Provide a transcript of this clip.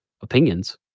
opinions